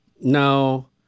No